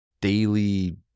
Daily